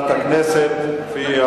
הצעת חוק שירות ביטחון (תיקון מס' 19